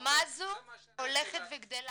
והמגמה הזו הולכת וגדלה,